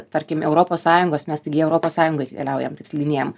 tarkim europos sąjungos mes į tik europos sąjungą keliaujam slidinėjam